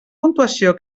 puntuació